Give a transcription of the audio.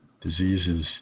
diseases